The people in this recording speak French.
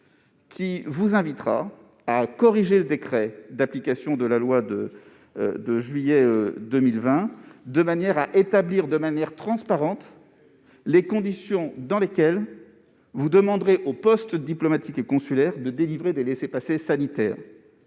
qui vous invitera à corriger le décret d'application de la loi de juillet 2020, de manière à établir en toute transparence les conditions dans lesquelles vous demanderez aux postes diplomatiques et consulaires de délivrer des laissez-passer sanitaires.